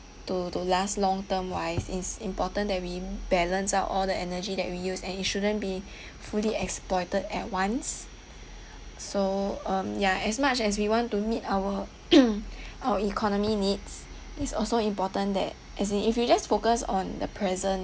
to to last long-term wise is important that we balance out all the energy that we use and it shouldn't be fully exploited at once so um ya as much as we want to meet our our economy needs is also important that as in if you just focus on the present